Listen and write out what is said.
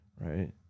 right